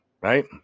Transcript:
Right